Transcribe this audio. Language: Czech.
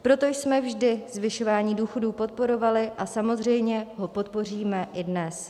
Proto jsme vždy zvyšování důchodů podporovali a samozřejmě ho podpoříme i dnes.